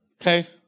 okay